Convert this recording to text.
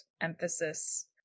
emphasis